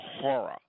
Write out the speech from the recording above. horror